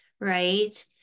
right